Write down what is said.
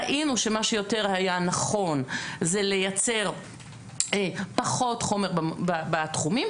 ראינו שמה שיותר היה נכון זה לייצר פחות חומר בתחומים,